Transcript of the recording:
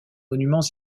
monuments